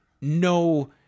no